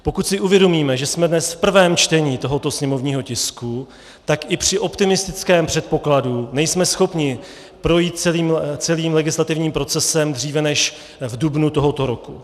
Pokud si uvědomíme, že jsme dnes v prvém čtení tohoto sněmovního tisku, tak i při optimistickém předpokladu nejsme schopni projít celým legislativním procesem dříve než v dubnu tohoto roku.